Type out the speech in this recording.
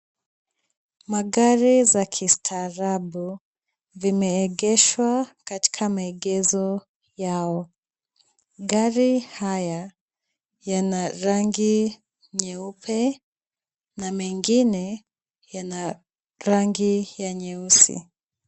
Magari za kistaarabu vimeegeshwa katika maegesho yao. Gari haya yana rangi nyeupe na mengine yana rangi ya nyeusi.